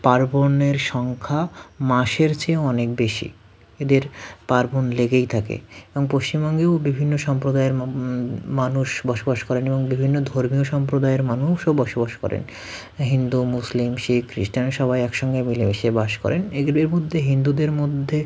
পার্বণের সংখ্যা মাসের চেয়ে অনেক বেশি এদের পার্বণ লেগেই থাকে এবং পশ্চিমবঙ্গেও বিভিন্ন সম্প্রদায়ের মা মানুষ বসবাস করেন এবং বিভিন্ন ধর্মীয় সম্প্রদায়ের মানুষও বসবাস করেন হিন্দু মুসলিম শিখ খ্রিস্টান সবাই একসঙ্গে মিলেমিশে বাস করেন এগুলির মধ্যে হিন্দুদের মধ্যে